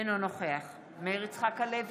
אינו נוכח מאיר יצחק הלוי,